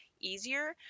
easier